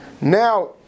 now